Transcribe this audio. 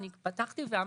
אני פתחתי ואמרתי,